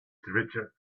richard